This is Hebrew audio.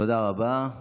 תודה רבה.